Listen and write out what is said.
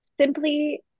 simply